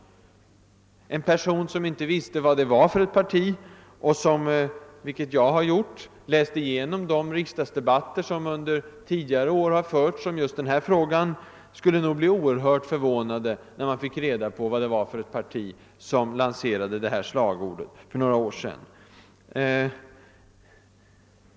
En person som inte visste vilket parti det var och som — vilket jag har gjort — läste igenom protokollet från de riksdagsdebatter som under tidigare år har förts beträffande just denna fråga, skulle nog bli förvånad när han sedan fick veta vilket parti det var som lanserade detta slagord för några år sedan.